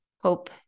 Hope